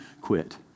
quit